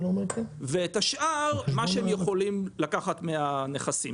ואת השאר מה שהם יכולים לקחת מהנכסים.